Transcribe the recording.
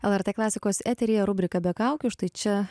lrt klasikos eteryje rubrika be kaukių štai čia